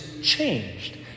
Changed